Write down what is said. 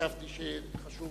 וחשבתי שחשוב